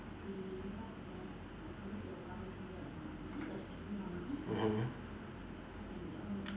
mmhmm